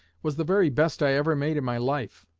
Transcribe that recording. was the very best i ever made in my life.